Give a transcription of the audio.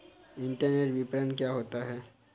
Internet विपणन क्या होता है?